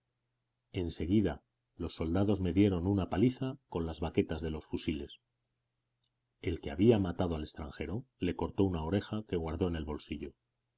seguida los soldados me dieron una paliza con las baquetas de los fusiles el que había matado al extranjero le cortó una oreja que guardó en el bolsillo